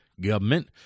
government